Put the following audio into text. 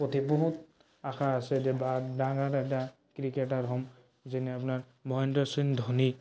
প্ৰতি বহুত আশা আছে যে ডাঙৰ এটা ক্ৰিকেটাৰ হ'ম যেনে আপোনাৰৰ মহেন্দ্ৰ সিং ধোনী